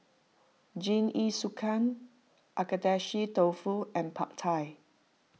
Jingisukan Agedashi Dofu and Pad Thai